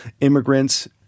immigrants